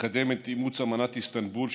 לקדם את אימוץ אמנת איסטנבול,